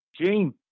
Gene